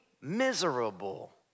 miserable